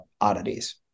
oddities